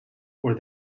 where